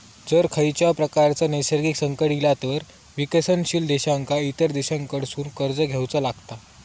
जर खंयच्याव प्रकारचा नैसर्गिक संकट इला तर विकसनशील देशांका इतर देशांकडसून कर्ज घेवचा लागता